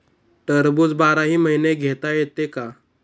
टरबूज बाराही महिने घेता येते का?